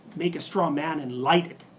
make a strawman and light it.